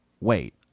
wait